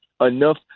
enough